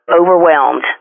overwhelmed